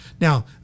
Now